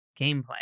gameplay